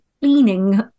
cleaning